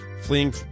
fleeing